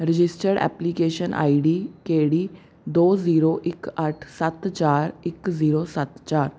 registered application I D K D ਦੋ zero ਇੱਕ ਅੱਠ ਸੱਤ ਚਾਰ ਇੱਕ ਜ਼ੀਰੋ ਸੱਤ ਚਾਰ